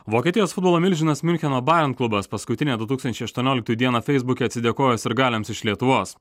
vokietijos futbolo milžinas miuncheno bajent klubas paskutinę du tūkstančiai aštuonioliktųjų dieną feisbuke atsidėkojo sirgaliams iš lietuvos